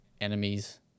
enemies